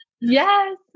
Yes